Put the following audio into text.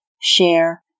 share